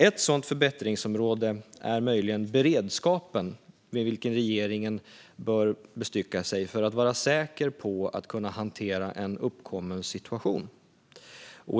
Ett sådant förbättringsområde är möjligen beredskapen med vilken regeringen bör bestycka sig för att vara säker på att kunna hantera en uppkommen situation.